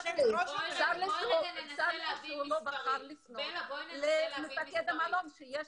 צר לי שהוא לא בחר לפנות למפקד המלון שיש